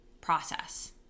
process